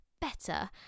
better